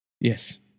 yes